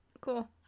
Cool